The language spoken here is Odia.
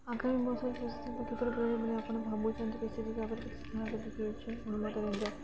ଆଗାମୀ ବର୍ଷରେ ପ୍ରମାନେ ଆପଣ ଭାବୁଛନ୍ତି କିଛି ଦାଗରେ କିଛି ଦେଖି ଅଛି କୁଣବାତ ଜ